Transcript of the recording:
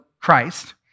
Christ